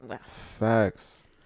Facts